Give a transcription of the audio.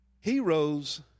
Heroes